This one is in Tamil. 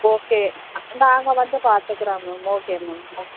ஓகே நாங்கள் வந்து பார்த்துக்குறோம் மேம் ஓகே மேம் ஓ